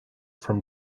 from